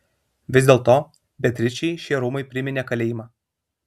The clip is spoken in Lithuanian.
vis dėlto beatričei šie rūmai priminė kalėjimą